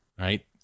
Right